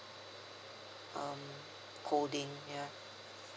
um holding yeah